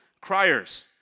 criers